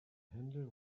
handle